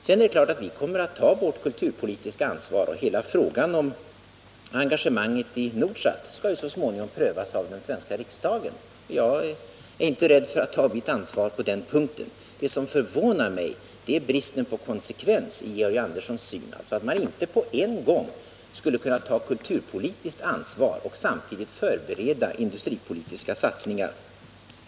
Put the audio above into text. Sedan är det klart att vi kommer att ta vårt kulturpolitiska ansvar, och hela frågan om engagemanget i Nordsat skall ju så småningom prövas av den svenska riksdagen. Jag är inte rädd för att ta mitt ansvar på den punkten. Det som förvånar mig är bristen på konsekvens i Georg Anderssons syn, alltså att man inte samtidigt skulle kunna ta kulturpolitiskt ansvar och förbereda industripolitiska satsningar.